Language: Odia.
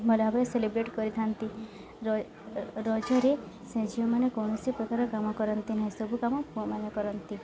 ଭଲ ଭାବରେ ସେଲିବ୍ରେଟ କରିଥାନ୍ତି ର ରଜରେ ସେ ଝିଅମାନେ କୌଣସି ପ୍ରକାର କାମ କରନ୍ତି ନାହିଁ ସବୁ କାମ ପୁଅମାନେ କରନ୍ତି